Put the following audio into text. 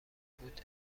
بود